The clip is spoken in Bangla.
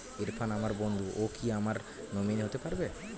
ইরফান আমার বন্ধু ও কি আমার নমিনি হতে পারবে?